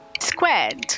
squared